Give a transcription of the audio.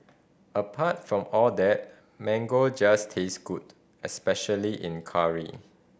apart from all that mango just taste good especially in curry